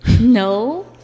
No